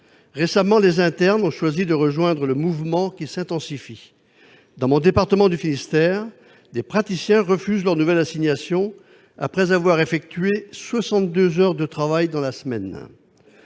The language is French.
Récemment, les internes ont choisi de rejoindre le mouvement, qui s'intensifie. Dans mon département du Finistère, des praticiens refusent de nouvelles assignations après avoir effectué 62 heures de travail au cours d'une